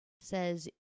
says